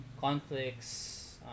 conflicts